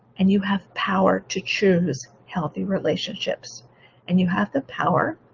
and you have power to choose healthy relationships and you have the power